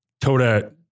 Toda